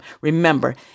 Remember